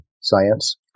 science